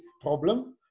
problem